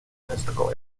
statistical